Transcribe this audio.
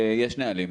יש נהלים,